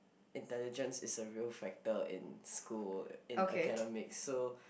intelligence is a real factor in school in academics so